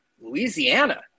Louisiana